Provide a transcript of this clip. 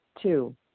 Two